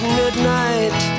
midnight